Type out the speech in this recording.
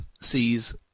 sees